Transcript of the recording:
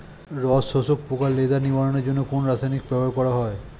রস শোষক পোকা লেদা নিবারণের জন্য কোন রাসায়নিক ব্যবহার করা হয়?